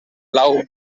blau